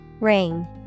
Ring